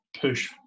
push